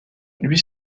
lui